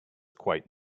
quite